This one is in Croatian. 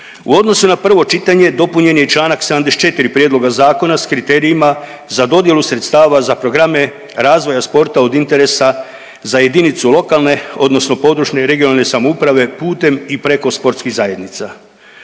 U odnosu na prvo čitanje dopunjen je i čl. 74. prijedloga zakona s kriterijima za dodjelu sredstava za programe razvoja sporta od interesa za jedinicu lokalne odnosno područne (regionalne) samouprave putem i preko sportskih zajednica.